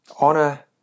honor